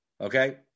Okay